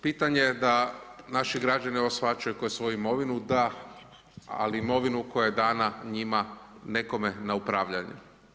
Pitanje da naši građani ovo shvaćaju kao svoju imovinu, da, ali imovinu koja je dana njima, nekome na upravljanje.